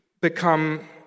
become